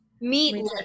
meet